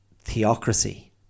theocracy